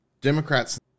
Democrats